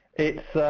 it's,